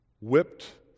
whipped